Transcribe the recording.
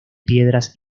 piedras